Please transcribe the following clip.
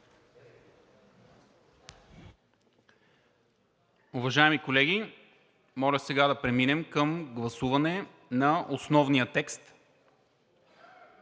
Уважаеми колеги, моля сега да преминем към гласуване на основния текст,